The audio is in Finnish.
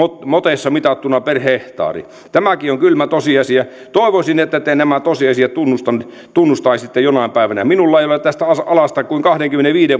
moteissa mitattuna per hehtaari tämäkin on kylmä tosiasia toivoisin että te nämä tosiasiat tunnustaisitte jonain päivänä minulla ei ole tästä alasta kuin kahdenkymmenenviiden